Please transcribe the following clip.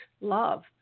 love